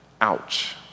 Ouch